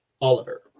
Oliver